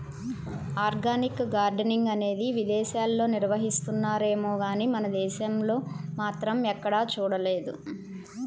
organic gardening అనేది విదేశాల్లో నిర్వహిస్తున్నారేమో గానీ మన దేశంలో మాత్రం ఎక్కడా చూడలేదు